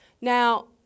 Now